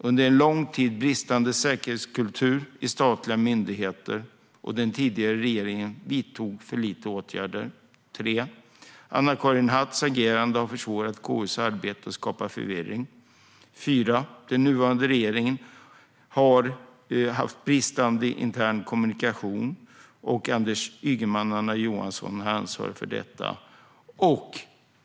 Under en lång tid har det varit bristande säkerhetskultur i statliga myndigheter, och den tidigare regeringen vidtog för lite åtgärder. Anna-Karin Hatts agerande har försvårat KU:s arbete och skapat förvirring. Den nuvarande regeringen har haft bristande intern kommunikation, och Anders Ygeman och Anna Johansson har ansvaret för detta.